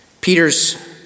Peter's